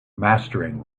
mastering